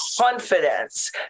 confidence